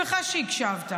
נגד הממסד החרדי.